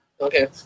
Okay